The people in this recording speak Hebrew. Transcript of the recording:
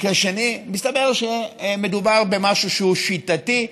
מסתבר שמדובר במשהו שהוא שיטתי.